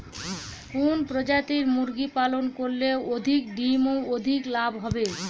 কোন প্রজাতির মুরগি পালন করলে অধিক ডিম ও অধিক লাভ হবে?